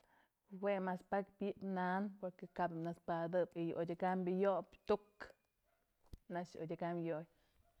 Jue mas pakyë pyëp na'an porque kap nëspadëp y yë odyëkambë yobyë tu'uk nax odyëkam yoy.